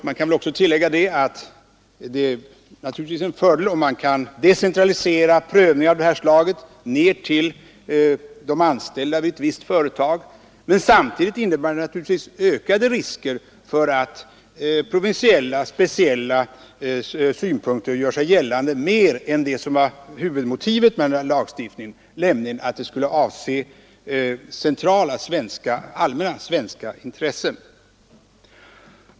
Jag tillägger att det är naturligtvis en fördel om man kan decentralisera prövning av det här slaget ned till de anställda vid ett visst företag, men samtidigt innebär det ju ökade risker för att provinsiella och mera speciella synpunkter gör sig gällande i högre grad än som varit huvudmotivet för lagstiftningen, nämligen att den skulle avse allmänna svenska intressen.